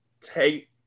Take